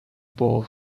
both